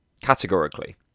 categorically